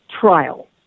trial